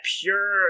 pure